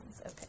okay